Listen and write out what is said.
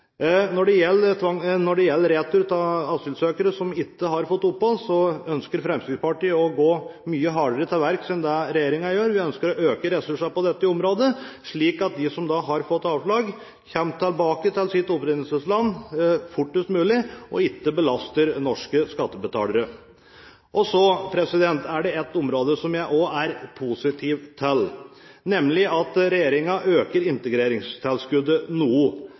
Når det gjelder retur av asylsøkere som ikke har fått opphold, ønsker Fremskrittspartiet å gå mye hardere til verks enn det regjeringen gjør. Vi ønsker å øke ressursene på dette området, slik at de som har fått avslag, kommer tilbake til sitt opprinnelsesland fortest mulig og ikke belaster norske skattebetalere. Så er det et område jeg også er positiv til, nemlig at regjeringen øker integreringstilskuddet